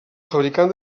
fabricant